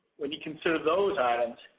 when you consider those items,